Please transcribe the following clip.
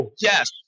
Yes